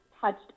touched